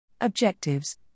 OBJECTIVES